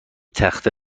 تخته